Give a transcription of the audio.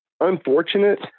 unfortunate